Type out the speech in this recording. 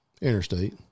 interstate